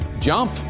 jump